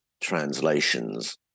translations